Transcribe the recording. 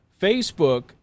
Facebook